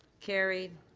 carried.